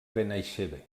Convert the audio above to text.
benaixeve